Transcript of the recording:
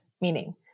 meaning